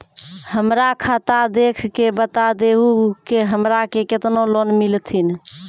हमरा खाता देख के बता देहु के हमरा के केतना लोन मिलथिन?